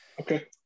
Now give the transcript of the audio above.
Okay